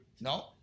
No